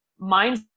mindset